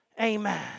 Amen